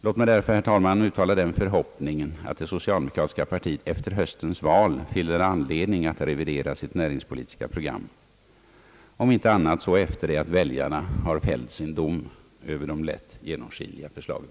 Låt mig därför, herr talman, uttala den förhoppningen att det socialdemokratiska partiet efter höstens val finner anledning revidera sitt näringspolitiska program, om inte annars så efter det att väljarna fällt sin dom över de lätt genomskinliga förslagen.